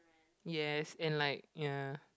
yes and like ya